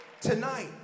tonight